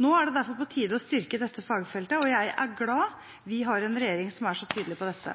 Nå er det derfor på tide å styrke dette fagfeltet, og jeg er glad vi har en regjering som er så tydelig på dette.